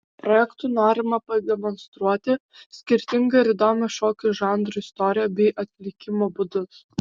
projektu norima pademonstruoti skirtingą ir įdomią šokių žanrų istoriją bei atlikimo būdus